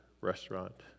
restaurant